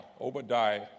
Obadiah